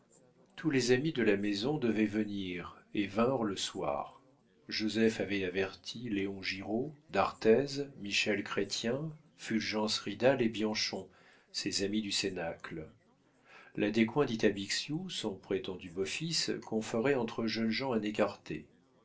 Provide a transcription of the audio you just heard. tous les amis de la maison devaient venir et vinrent le soir joseph avait averti léon giraud d'arthez michel chrestien fulgence ridal et bianchon ses amis du cénacle la descoings dit à bixiou son prétendu beau-fils qu'on ferait entre jeunes gens un écarté